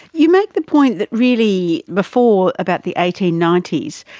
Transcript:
you make the point that really before about the eighteen ninety s,